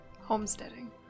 Homesteading